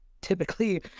typically